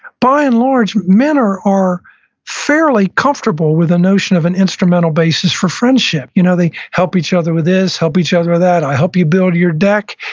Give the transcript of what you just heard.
by and large, men are are fairly comfortable with the notion of an instrumental basis for friendship. you know they help each other with this, help each other with that. i help you build your deck.